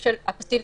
אפוסטיל,